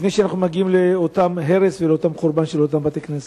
לפני שאנחנו מגיעים לאותו הרס וחורבן של אותם בתי-כנסת?